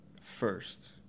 first